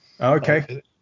okay